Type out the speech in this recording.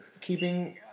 keeping